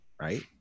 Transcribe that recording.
right